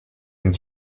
and